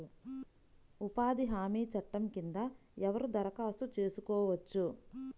ఉపాధి హామీ చట్టం కింద ఎవరు దరఖాస్తు చేసుకోవచ్చు?